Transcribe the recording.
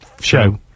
show